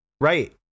right